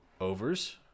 overs